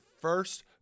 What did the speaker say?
first